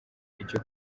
icyo